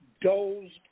dozed